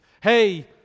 Hey